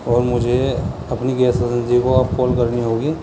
اور مجھے اپنی گیسٹ ایجنسی کو آپ کال کرنی ہوگی